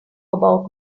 about